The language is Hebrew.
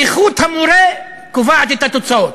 איכות המורה קובעת את התוצאות.